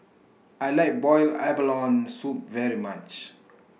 I like boiled abalone Soup very much